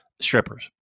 strippers